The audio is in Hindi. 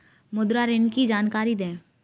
मुद्रा ऋण की जानकारी दें?